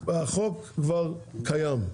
החוק כבר קיים.